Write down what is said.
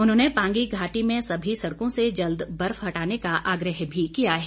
उन्होंने पांगी घाटी में सभी सड़कों से जल्द बर्फ हटाने का आग्रह भी किया है